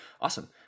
awesome